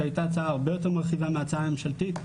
שהייתה הצעה הרבה יותר מרחיבה מההצעה הממשלתית,